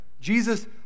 Jesus